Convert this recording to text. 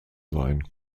sein